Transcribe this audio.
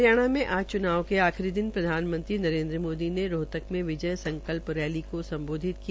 हरियाणा में आज चुनाव के आखिरी दिन प्रधानमंत्री नरेनद्र मोदी ने रोहतक में विजय संकल्प रैली को सम्बोधित किया